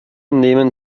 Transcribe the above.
nehmen